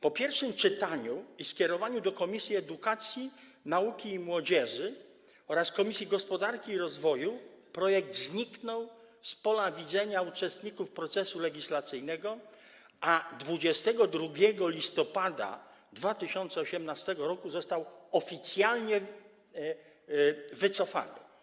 Po pierwszym czytaniu i skierowaniu do Komisji Edukacji, Nauki i Młodzieży oraz Komisji Gospodarki i Rozwoju projekt zniknął z pola widzenia uczestników procesu legislacyjnego, a 22 listopada 2018 r. został oficjalnie wycofany.